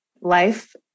life